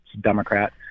Democrat